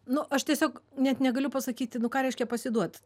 nu aš tiesiog net negaliu pasakyti nu ką reiškia pasiduot